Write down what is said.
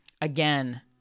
again